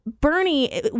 Bernie